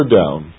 down